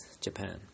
Japan